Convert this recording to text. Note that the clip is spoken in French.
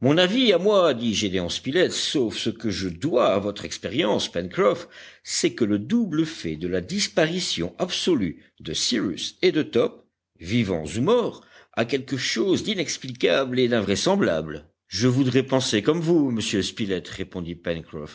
mon avis à moi dit gédéon spilett sauf ce que je dois à votre expérience pencroff c'est que le double fait de la disparition absolue de cyrus et de top vivants ou morts a quelque chose d'inexplicable et d'invraisemblable je voudrais penser comme vous monsieur spilett répondit